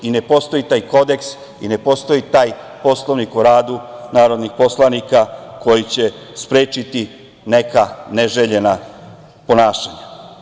Ne postoji taj Kodeks i ne postoji taj Poslovnik o radu narodnih poslanika koji će sprečiti neka neželjena ponašanja.